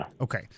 Okay